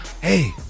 Hey